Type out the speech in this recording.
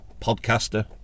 podcaster